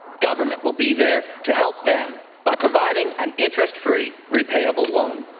government will be there to help them by providing an interest-free repayable loan.